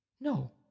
No